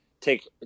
take